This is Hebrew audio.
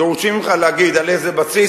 דורשים ממך להגיד על איזה בסיס.